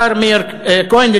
והשר מאיר כהן,